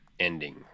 Ending